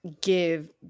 give